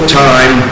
time